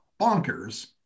bonkers